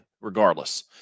regardless